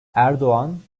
erdoğan